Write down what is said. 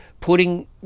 putting